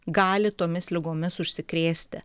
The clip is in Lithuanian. gali tomis ligomis užsikrėsti